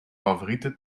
favoriete